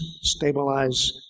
stabilize